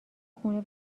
خونه